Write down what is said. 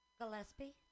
Gillespie